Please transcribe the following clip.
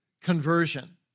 conversion